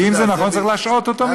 אם זה נכון, צריך להשעות אותו מייד.